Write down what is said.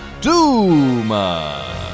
Duma